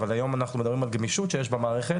אבל היום אנחנו מדברים על גמישות שיש במערכת,